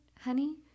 honey